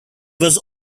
was